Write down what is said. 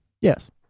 Yes